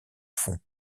fond